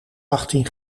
achttien